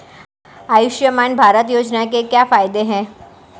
आयुष्मान भारत योजना के क्या फायदे हैं?